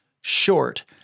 short